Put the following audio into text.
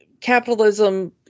capitalism